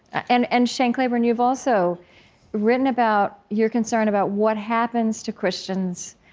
and and shane claiborne, you've also written about your concern about what happens to christians,